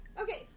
okay